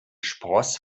spross